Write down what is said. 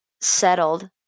settled